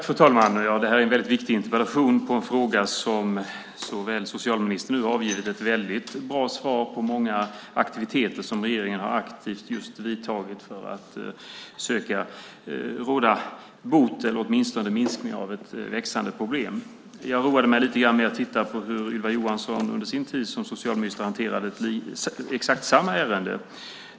Fru talman! Det här är en viktig interpellation i en fråga där socialministern nu har avgivit ett väldigt bra svar som handlar om många aktiviteter som regeringen aktivt har vidtagit för att söka råda bot på eller åtminstone minska ett växande problem. Jag roade mig lite grann med att titta på hur Ylva Johansson under sin tid som socialminister hanterade exakt samma ärende.